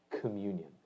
communion